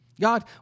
God